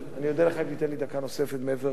מעבר לזמן.